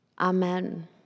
Amen